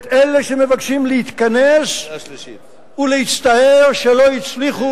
את אלה שמבקשים להתכנס ולהצטער שלא הצליחו